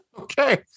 Okay